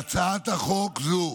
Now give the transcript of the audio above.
בהצעת חוק זו,